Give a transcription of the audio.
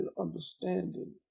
understanding